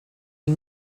une